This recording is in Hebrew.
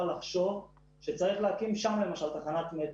לחשוב שצריך להקים שם למשל תחנת מטרו.